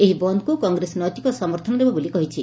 ଏହି ବନ୍ଦକୁ କଂଗ୍ରେସ ନୈତିକ ସମର୍ଥନ ଦେବ ବୋଲି କହିଛି